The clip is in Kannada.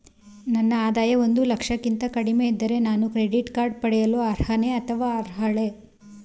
ನನ್ನ ಆದಾಯ ಒಂದು ಲಕ್ಷಕ್ಕಿಂತ ಕಡಿಮೆ ಇದ್ದರೆ ನಾನು ಕ್ರೆಡಿಟ್ ಕಾರ್ಡ್ ಪಡೆಯಲು ಅರ್ಹನೇ ಅಥವಾ ಅರ್ಹಳೆ?